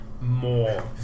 more